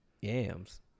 yams